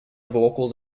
vocals